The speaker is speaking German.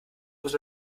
muss